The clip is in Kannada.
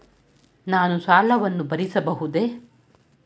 ನಾನು ಸಾಲವನ್ನು ಭರಿಸಬಹುದೇ?